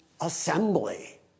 Assembly